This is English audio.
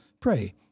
Pray